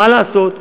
מה לעשות.